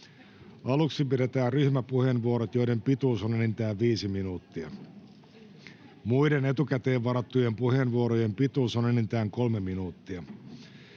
Aluksi pidetään ryhmäpuheenvuorot, joiden pituus on enintään viisi minuuttia. Muiden etukäteen varattujen puheenvuorojen pituus on enintään kolme minuuttia.